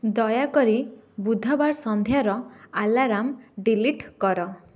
ଦୟାକରି ବୁଧବାର ସନ୍ଧ୍ୟାର ଆଲାର୍ମ ଡିଲିଟ୍ କର